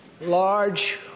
large